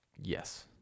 Yes